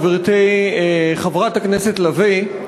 גברתי חברת הכנסת לביא,